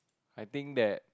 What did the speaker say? I think that